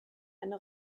eine